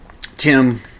Tim